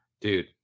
Dude